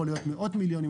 יכול להיות מאות מיליונים,